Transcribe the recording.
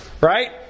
right